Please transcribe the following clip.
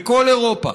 בכל אירופה.